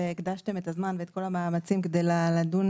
והקדשתם את הזמן ואת כל המאמצים כדי לדון